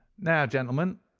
now, gentlemen,